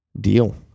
Deal